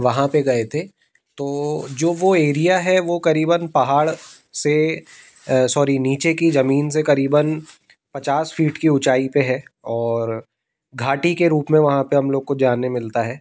वहाँ पे गए थे तो जो वो एरिया है वो करीबन पहाड़ से सॉरी नीचे की जमीन से करीबन पचास फिट की ऊंचाई पे है और घाटी के रूप में वहाँ पे हम लोग को जाने मिलता है